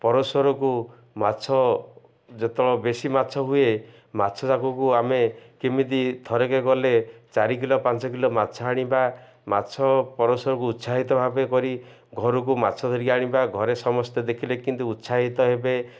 ପରସ୍ପରକୁ ମାଛ ଯେତେବେଳେ ବେଶୀ ମାଛ ହୁଏ ମାଛ ଜାକକୁ ଆମେ କେମିତି ଥରେକ ଗଲେ ଚାରି କିଲୋ ପାଞ୍ଚ କିଲୋ ମାଛ ଆଣିବା ମାଛ ପରସ୍ପରକୁ ଉତ୍ସାହିତ ଭାବେ କରି ଘରକୁ ମାଛ ଧରିକି ଆଣିବା ଘରେ ସମସ୍ତେ ଦେଖିଲେ କିନ୍ତୁ ଉତ୍ସାହିତ ହେବେ